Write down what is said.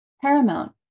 Paramount